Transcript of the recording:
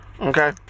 Okay